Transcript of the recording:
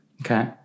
Okay